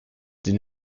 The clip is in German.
den